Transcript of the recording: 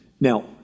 Now